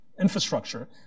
infrastructure